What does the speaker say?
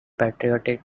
patriotic